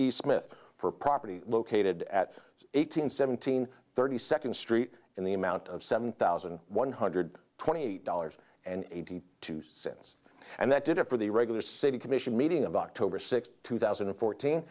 e smith for property located at eight hundred seventeen thirty second street in the amount of seven thousand one hundred twenty eight dollars and eighty two cents and that did it for the regular city commission meeting of october sixth two thousand and fourteen